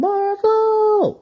Marvel